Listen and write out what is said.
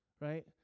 Right